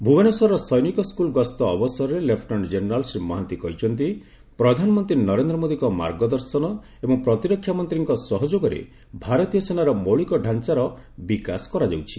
ଭୁବନେଶ୍ୱରର ସୈନିକ ସ୍କୁଲ୍ ଗସ୍ତ ଅବସରରେ ଲେଫ୍ଟନାଣ୍ଟ ଜେନେରାଲ୍ ଶ୍ରୀ ମହାନ୍ତି କହିଛନ୍ତି ପ୍ରଧାନମନ୍ତ୍ରୀ ନରେନ୍ଦ୍ର ମୋଦିଙ୍କ ମାର୍ଗଦର୍ଶନ ଏବଂ ପ୍ରତିରକ୍ଷା ମନ୍ତ୍ରୀଙ୍କ ସହଯୋଗରେ ଭାରତୀୟ ସେନାର ମୌଳିକଡାଞ୍ଚାର ବିକାଶ କରାଯାଉଛି